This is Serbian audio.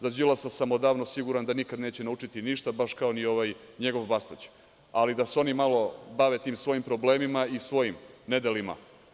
Za Đilasa sam odavno siguran da nikad neće naučiti ništa, baš kao ni ovaj njegov Bastać, ali da se oni malo bave tim svojim problemima i svojim nedelima.